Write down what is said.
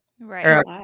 Right